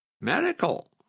Medical